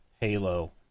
Halo